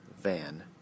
van